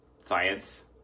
science